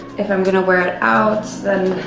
if i'm going to wear it out, then